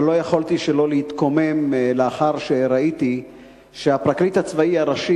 אבל לא יכולתי שלא להתקומם לאחר שראיתי שהפרקליט הצבאי הראשי